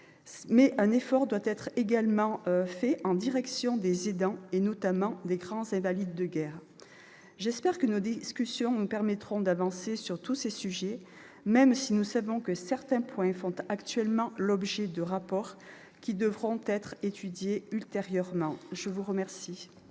Un effort doit également être fait en direction des aidants, notamment des grands invalides de guerre. J'espère que nos discussions nous permettront d'avancer sur tous ces sujets, même si nous savons que certains points font actuellement l'objet de rapports qui devront être étudiés ultérieurement. La parole